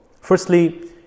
firstly